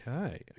okay